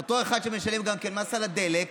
אותו אחד שמשלם מס על הדלק,